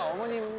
um what do you